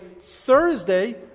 Thursday